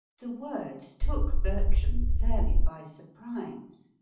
the words took bertram fairly by surprise.